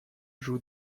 joue